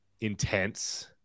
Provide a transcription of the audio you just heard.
intense